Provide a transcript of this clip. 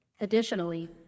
Additionally